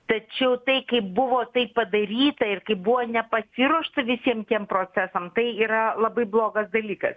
tačiau tai kaip buvo tai padaryta ir kaip buvo nepasiruošta visiem tiem procesam tai yra labai blogas dalykas